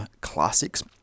classics